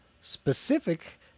specific